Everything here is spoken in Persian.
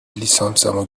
لیسانسمو